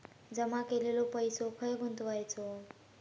जमा केलेलो पैसो खय गुंतवायचो?